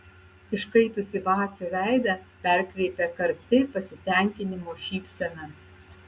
iškaitusį vacio veidą perkreipia karti pasitenkinimo šypsena